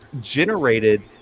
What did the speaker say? generated